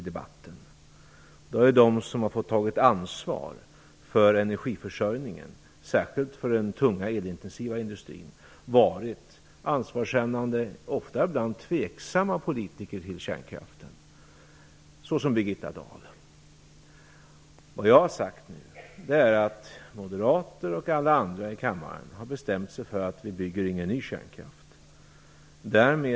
Då har de politiker som har fått ta ansvar för energiförsörjningen, särskilt för den tunga elintensiva industrin, varit politiker som är ansvarskännande, ofta ibland tveksamma till kärnkraften, såsom Birgitta Dahl. Moderaterna och alla andra i kammaren har bestämt sig för att vi inte skall bygga någon ny kärnkraft.